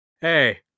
Hey